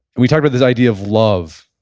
we talked about this idea of love,